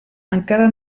encara